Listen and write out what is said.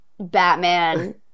batman